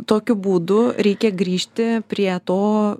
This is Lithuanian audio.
tokiu būdu reikia grįžti prie to